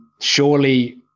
surely